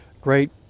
great